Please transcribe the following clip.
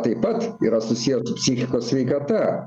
taip pat yra susiję su psichikos sveikata